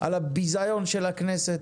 על הביזיון של הכנסת,